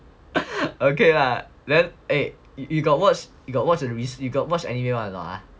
okay lah then eh you got watch you got watch anime [one] or not